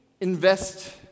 invest